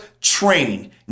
Training